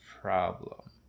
problem